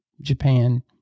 Japan